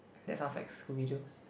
that sounds like scooby doo